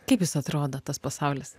kaip jis atrodo tas pasaulis